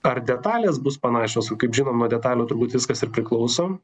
ar detalės bus panašios kaip žinom nuo detalių turbūt viskas ir priklauso